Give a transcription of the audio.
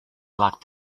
locked